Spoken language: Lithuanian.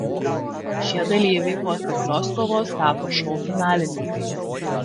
šie dalyviai po atkaklios kovos tapo šou finalininkais